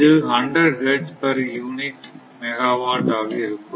இது 100 hertz per unit megawatt ஆக இருக்கும்